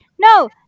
no